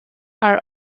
are